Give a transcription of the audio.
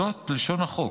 זו לשון החוק.